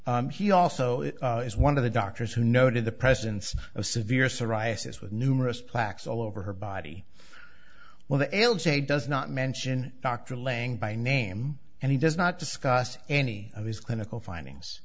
level he also is one of the doctors who noted the presence of severe psoriasis with numerous plaques all over her body well the l j does not mention dr laying by name and he does not discuss any of his clinical findings